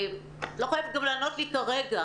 את גם לא חייבת לענות לי כרגע,